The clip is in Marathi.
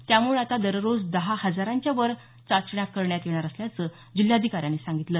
त्यामुळे आता दररोज दहा हजारांच्यावर चाचण्या करण्यात येणार असल्याचं जिल्हाधिकाऱ्यांनी सांगितलं